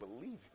believe